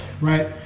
Right